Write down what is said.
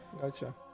Gotcha